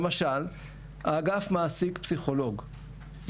למשל האגף מעסיק פסיכולוג,